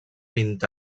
vint